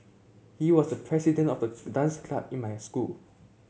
he was the president of the dance club in my school